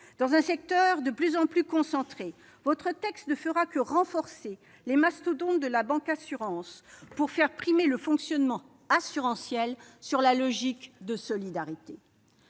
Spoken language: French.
Dans un secteur de plus en plus concentré, votre texte ne fera que renforcer les mastodontes de la « bancassurance » pour faire primer le fonctionnement assurantiel sur la logique de solidarité.